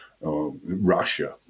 Russia